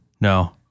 no